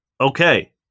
Okay